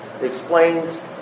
explains